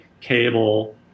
cable